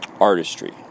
artistry